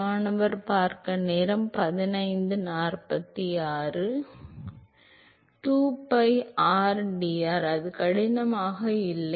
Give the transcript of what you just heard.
மாணவர் 2 pi rdr அது கடினமாக இல்லை